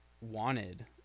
wanted